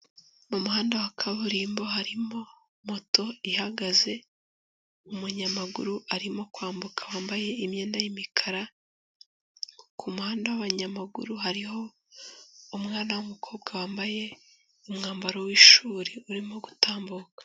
Mu muhanda wa kaburimbo harimo moto ihagaze, umunyamaguru arimo kwambuka wambaye imyenda y'imikara, ku muhanda w'abanyamaguru hariho umwana w'umukobwa wambaye umwambaro w'ishuri urimo gutambuka.